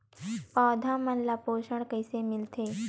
पौधा मन ला पोषण कइसे मिलथे?